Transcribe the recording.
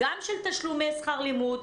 גם של תשלומי שכר לימוד,